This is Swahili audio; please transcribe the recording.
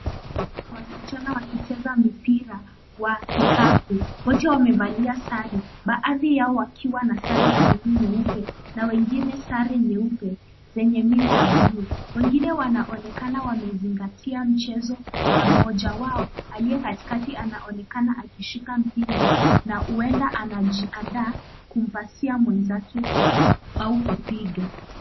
Wasichana wakicheza mipira wa kikapu wote wamevalia sare baadhi yao wakiwa na sare ya buluu, nyeupe na wengine sare nyeupe zenye milaabduyu, wengine wanaonekana wamezingatia mchezo na mmoja wao aliyekatikati anaonekana akishika mpira na huenda anajiandaa kumpasia mwenzake au kupiga.